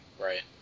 Right